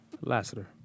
Lassiter